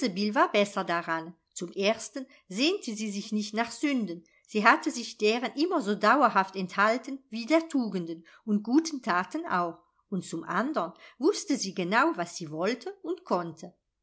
war besser daran zum ersten sehnte sie sich nicht nach sünden sie hatte sich deren immer so dauerhaft enthalten wie der tugenden und guten taten auch und zum andern wußte sie genau was sie wollte und konnte